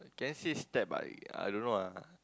can say step but I don't know ah